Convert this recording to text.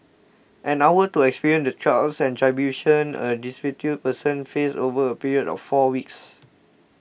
an hour to experience the trials and tribulations a destitute person faces over a period of four weeks